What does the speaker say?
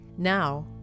Now